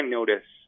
notice